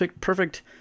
perfect